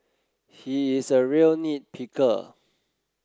he is a real nit picker